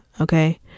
okay